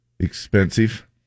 expensive